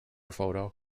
photo